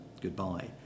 goodbye